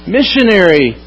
Missionary